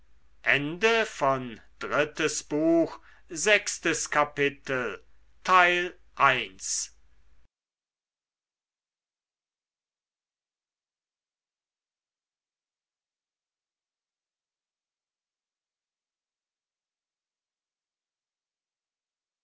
drittes buch erstes kapitel